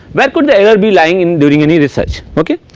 where could the error be lying in during any research okay,